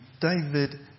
David